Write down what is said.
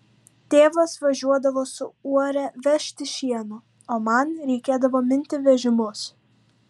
tėvas važiuodavo su uore vežti šieno o man reikėdavo minti vežimus